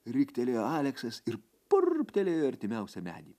riktelėjo aleksas ir purptelėjo į artimiausią medį